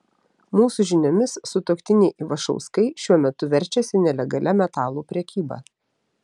mūsų žiniomis sutuoktiniai ivašauskai šiuo metu verčiasi nelegalia metalų prekyba